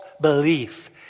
belief